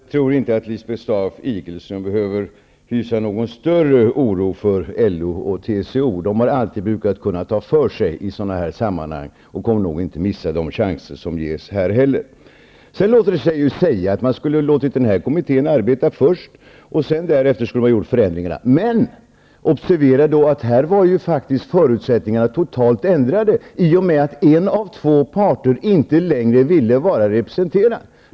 Fru talman! Jag tror inte att Lisbeth Staaf Igelström behöver hysa någon större oro för LO och TCO. Dessa organisationer har alltid brukat kunna ta för sig i sådana här sammanhang, och de kommer nog inte att missa de chanser som ges här heller. Man kan säga att man skulle ha låtit den här kommittén arbeta först och sedan vidta förändringar. Observera dock att förutsättningarna faktiskt ändrades totalt i och med att en av två parter inte längre ville vara representerad.